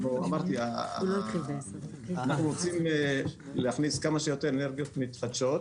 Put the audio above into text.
אנחנו רוצים להכניס כמה שיותר אנרגיות מתחדשות.